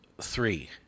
three